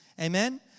Amen